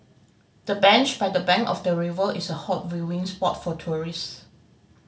the bench by the bank of the river is a hot viewing spot for tourists